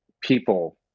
People